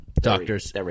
Doctors